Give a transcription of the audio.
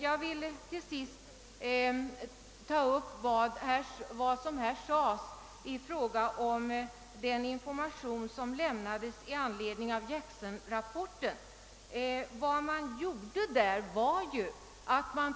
Jag vill till sist ta upp vad som här sades om den information som lämnades med anledning av Jackson-rapporten.